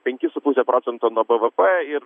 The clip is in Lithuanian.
penkis su puse procento nuo pvp ir